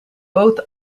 both